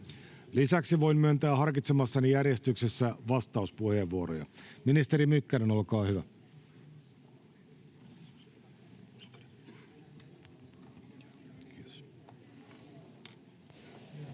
Lisäksi voin myöntää harkitsemassani järjestyksessä vastauspuheenvuoroja. — Ministeri Mykkänen, olkaa hyvä.